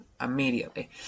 Immediately